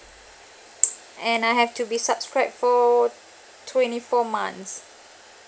and I have to be subscribed for twenty four months